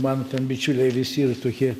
mano ten bičiuliai visi yra tokie